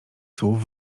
słów